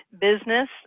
business